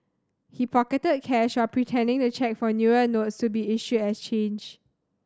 he pocketed cash while pretending to check for newer notes to be issued as change